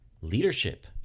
leadership